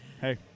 Hey